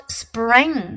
spring